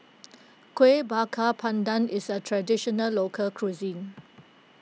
Kueh Bakar Pandan is a Traditional Local Cuisine